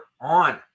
on